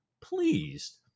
pleased